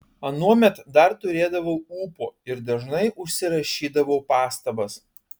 anuomet dar turėdavau ūpo ir dažnai užsirašydavau pastabas